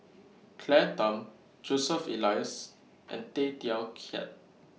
Claire Tham Joseph Elias and Tay Teow Kiat